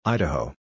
Idaho